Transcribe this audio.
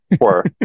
poor